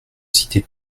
citer